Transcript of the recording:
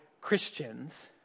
Christians